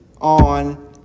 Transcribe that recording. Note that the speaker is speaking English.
on